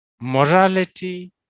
morality